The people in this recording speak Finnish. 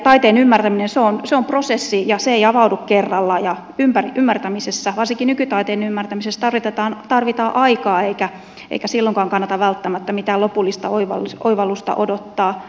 taiteen ymmärtäminen on prosessi ja se ei avaudu kerralla ja ymmärtämisessä varsinkin nykytaiteen ymmärtämisessä tarvitaan aikaa eikä silloinkaan kannata välttämättä mitään lopullista oivallusta odottaa